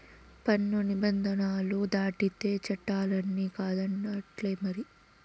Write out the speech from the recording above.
పన్ను నిబంధనలు దాటితే చట్టాలన్ని కాదన్నట్టే మరి